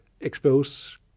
expose